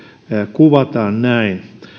kuvataan näin